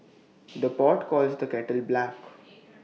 the pot calls the kettle black